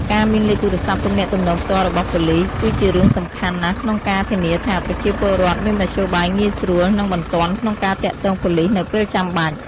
ការមានលេខទូរស័ព្ទទំនាក់ទំនងផ្ទាល់របស់ប៉ូលិស គឺជារឿងសំខាន់ណាស់ក្នុងការ ធានាថាប្រជាពលរដ្ឋមានមធ្យោបាយងាយស្រួល និងបន្ទាន់ក្នុងការទាក់ទងប៉ូលីសនៅពេលចាំបាច់។